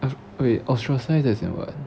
I wait ostracised as in what